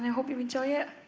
hope you enjoy it,